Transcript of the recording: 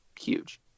huge